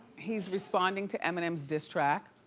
he's responding to eminem's diss track.